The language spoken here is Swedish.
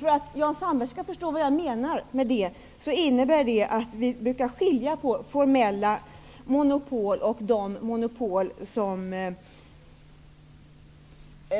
För att Jan Sandberg skall förstå vad jag menar vill jag säga att det innebär att vi brukar skilja mellan formella monopol och monopol som också